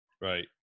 Right